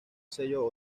sello